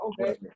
okay